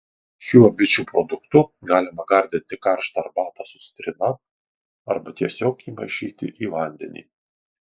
šiuo bičių produktu galima gardinti karštą arbatą su citrina arba tiesiog įmaišyti į vandenį